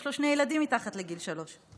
יש לו שני ילדים מתחת לגיל שלוש.